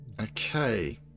Okay